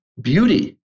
beauty